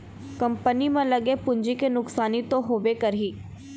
company म लगे पूंजी के नुकसानी तो होबे करही